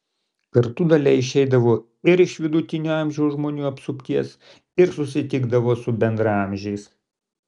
kartu dalia išeidavo ir iš vidutinio amžiaus žmonių apsupties ir susitikdavo su bendraamžiais